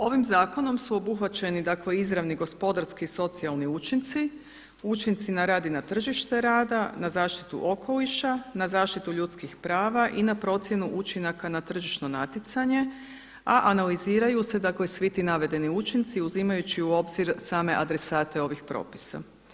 Ovim zakonom su obuhvaćeni izravni gospodarski, socijalni učinci, učinci na rad i na tržište rada, na zaštitu okoliša, na zaštitu ljudskih prava i na procjenu učinaka na tržišno natjecanje, a analiziraju se svi ti navedeni učinci uzimajući u obzir same adresate ovih propisa.